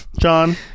john